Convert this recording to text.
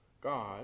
God